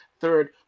third